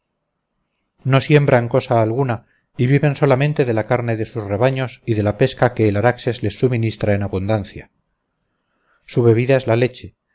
no siembran cosa alguna y viven solamente de la carne de sus rebaños y de la pesca que el araxes les suministra en abundancia su bebida es la leche